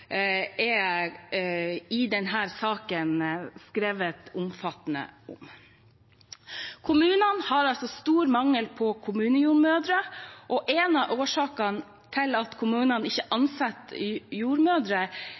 er i denne saken skrevet omfattende om. Kommunene har altså stor mangel på kommunejordmødre, og en av årsakene er at kommunene ikke ansetter jordmødre